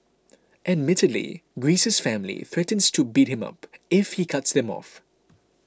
admittedly Greece's family threatens to beat him up if he cuts them off